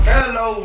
Hello